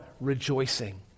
rejoicing